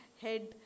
head